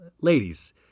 ladies